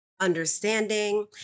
understanding